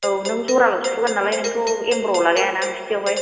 औ नों जराल' सुहोगोननालाय नोंथ' एमब्र' आव लागाया ना गुस्थियावहाय